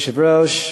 כבוד היושב-ראש,